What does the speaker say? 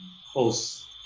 host